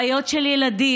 בעיות של ילדים.